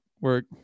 work